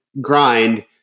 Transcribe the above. grind